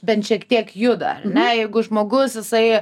bent šiek tiek juda ar ne jeigu žmogus jisai